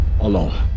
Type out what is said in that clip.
alone